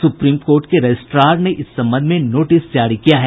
supreme court के रजिस्ट्रार ने इस संबंध में नोटिस जारी किया है